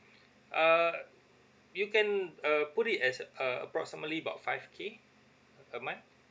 uh you can uh put it as uh approximately about five K a month